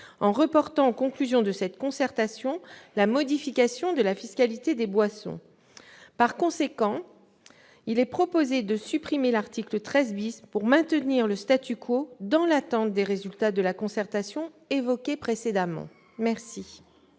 de reporter aux conclusions de cette concertation la modification de la fiscalité des boissons. Par conséquent, il est proposé de supprimer l'article 13 pour maintenir le dans l'attente des résultats de ladite concertation. Quel est l'avis